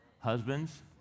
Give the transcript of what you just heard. Husbands